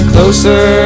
Closer